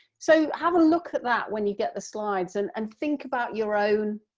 so have a look at that when you get the slides and and think about your own